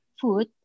food